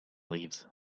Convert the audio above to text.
leaves